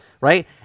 Right